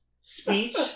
speech